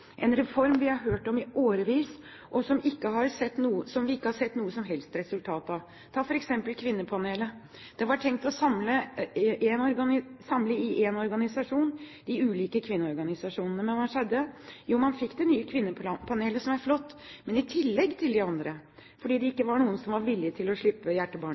en reform vi har hørt om i årevis, og som vi ikke har sett noe som helst resultat av. Ta f.eks. FNs kvinnepanel: Man hadde tenkt å samle de ulike kvinneorganisasjonene i én organisasjon. Og hva skjedde? Jo, man fikk det nye kvinnepanelet, som er flott, men det kom i tillegg til de andre fordi det ikke var noen som var villige til å slippe